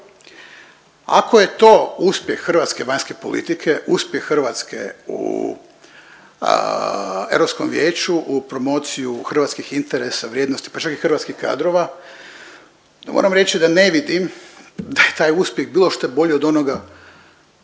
Ako je to uspjeh hrvatske vanjske politike, uspjeh Hrvatske u Europskom vijeću u promociju hrvatskih interesa vrijednosti pa čak i hrvatskih kadrova moram reći da ne vidim da je taj uspjeh bilo šta bolji od onoga